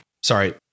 Sorry